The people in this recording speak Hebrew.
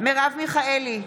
מרב מיכאלי,